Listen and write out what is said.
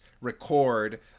record